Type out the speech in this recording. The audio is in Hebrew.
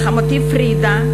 לחמותי פרידה,